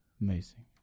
Amazing